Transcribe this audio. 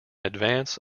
advance